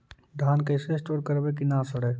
धान कैसे स्टोर करवई कि न सड़ै?